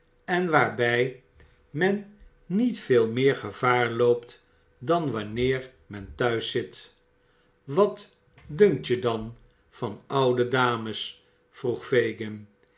en waarbij men niet veel meer gevaar loopt dan wanneer men thuis zit wat dunkt je dan van oude dames vroeg fagin